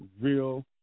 Real